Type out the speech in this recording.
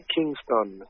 Kingston